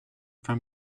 from